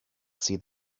see